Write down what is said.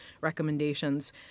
recommendations